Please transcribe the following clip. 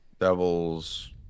devils